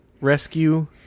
Rescue